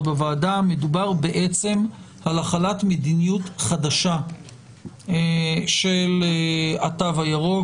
בוועדה אלא בעצם מדובר על החלת מדיניות חדשה של התו הירוק,